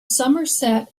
somerset